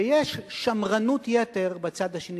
ויש שמרנות יתר בצד השני.